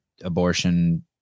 abortion